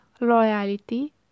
loyalty